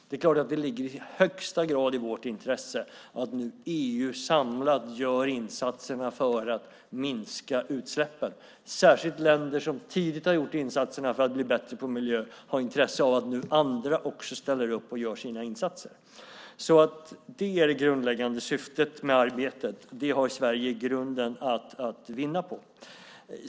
Det är klart att det ligger i högsta grad i vårt intresse att EU nu samlat gör insatserna för att minska utsläppen. Särskilt länder som tidigt har gjort insatserna för att bli bättre på miljö har intresse av att nu andra också ställer upp och gör sina insatser. Det är det grundläggande syftet med arbetet. Det har Sverige i grunden att vinna på.